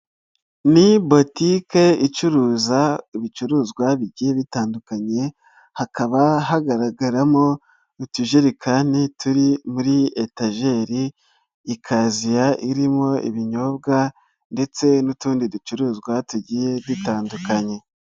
Ni botike icuruza ibicuruzwa bigiye bitandukanye, hakaba hagaragaramo utujerikani turi muri etajeri ikaziya irimo ibinyobwa, ndetse n'utundi ducuruzwa tugiye dutandukanye.